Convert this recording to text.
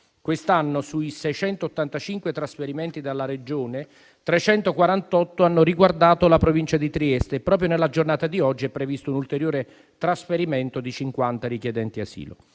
Quest'anno, sui 685 trasferimenti dalla Regione, 348 hanno riguardato la Provincia di Trieste. Proprio nella giornata di oggi è previsto un ulteriore trasferimento di 50 richiedenti asilo.